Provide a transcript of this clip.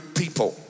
people